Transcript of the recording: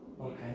Okay